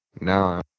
Now